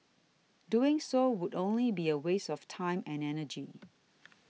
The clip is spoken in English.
doing so would only be a waste of time and energy